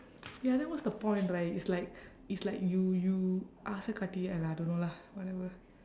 ya then what's the point right it's like it's like you you ask a country !aiya! don't know lah whatever